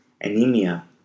anemia